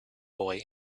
boy